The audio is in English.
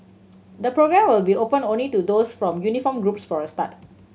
the programme will be open only to those from uniformed groups for a start